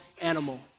animal